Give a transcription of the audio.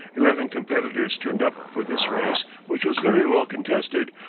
eleven competitors turned up for this race, which was very well contested,